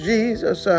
Jesus